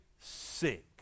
sick